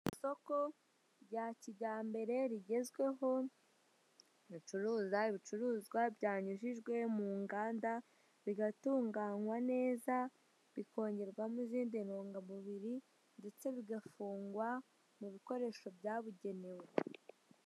Isoko rya kijyambere rigezweho ricuruza ibicuruzwa byanyujijwe munganda bigatunganywa neza bikongerwamo izindi ntungamubiri ndetse bigafungwa mu bikoresho byabugenewe.